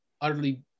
utterly